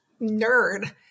nerd